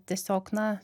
tiesiog na